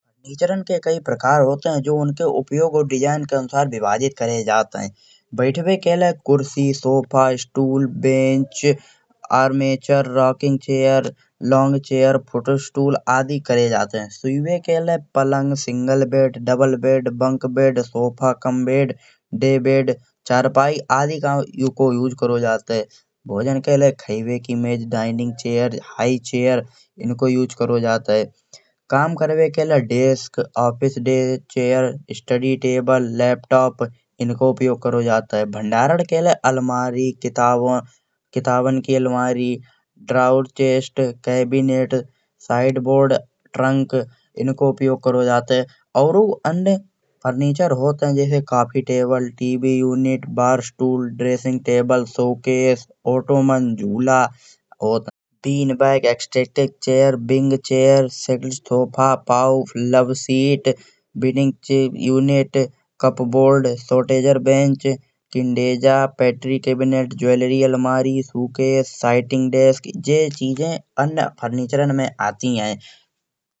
फर्नीचरन के कई प्रकार होत हैं जो उनके उपयोग और डिजाइन के अनुसार विभाजित करे जात हैं। बैठबे के लाय कुरसी सोफा स्टूल बेंच अर्नेटुर rocking chair long chair foot stool आदि करे जात हैं। सोइबे के लाय पलंग single bed, double bed, bunk bed, sofa cum bed, day bed, चारपाई आदि का उपयोग करो जात हैं। भोजना के लाय खायबे की मेज डाइनिंग चेयर, हाई चेयर को उपयोग करो जात हैं। काम करवे के लाय desk, office chair, study table, laptop इनको उपयोग करो जात हैं। भंडारण के लाय अलमारी, किताबन की अलमारी, ड्रॉर चेस्ट, हरबीनेट, साइड बोर्ड, बंक इनको उपयोग करो जात हैं। और अन्य फर्नीचर होत हैं जैसे coffee table, TV unit, bar stool, dressing table, showcase, ottoman झूला हॉट। टीन बैग स्टैटिक चेयर, सेटिसोफा, कौफ, लवसीट, विनिंग यूनिट, कप बोर्ड, शॉर्टेजर बेंच, इन्डेजा, पॅट्रीकैबिनेट ज्वेलरी अलमारी, बुकहे, सिटिंग डिस्क, ये चीजें अन्य फर्नीचरन में आती हैं।